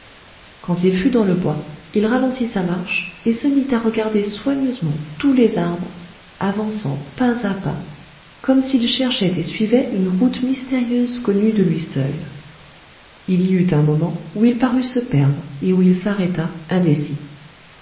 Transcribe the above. quand il fut dans le bois il ralentit sa marche et se mit à regarder soigneusement tous les arbres avançant pas à pas comme s'il cherchait et suivait une route mystérieuse connue de lui seul il y eut un moment où il parut se perdre et où il s'arrêta indécis